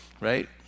right